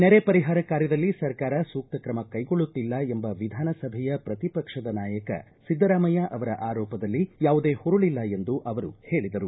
ನೆರೆ ಪರಿಹಾರ ಕಾರ್ಯದಲ್ಲಿ ಸರ್ಕಾರ ಸೂಕ್ತ ಕ್ರಮ ಕೈಗೊಳ್ಳುತ್ತಿಲ್ಲ ಎಂಬ ವಿಧಾನಸಭೆಯ ಪ್ರತಿ ಪಕ್ಷದ ನಾಯಕ ಸಿದ್ದರಾಮಯ್ಯ ಅವರ ಆರೋಪದಲ್ಲಿ ಯಾವುದೇ ಹುರುಳಿಲ್ಲ ಎಂದು ಅವರು ಹೇಳಿದರು